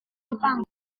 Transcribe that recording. jepang